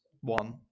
one